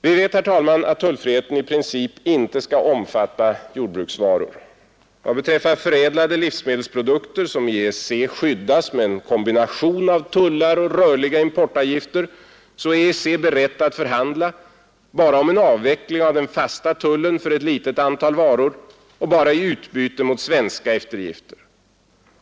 Vi vet, herr talman, att tullfriheten i princip inte skall omfatta jordbruksvaror. Vad beträffar förädlade livsmedelsprodukter, som i EEC skyddas med en kombination av tullar och rörliga importavgifter, är EEC berett att förhandla bara om en avveckling av den fasta tullen för ett litet antal varor och bara i utbyte mot svenska eftergifter.